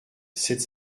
sept